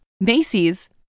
Macy's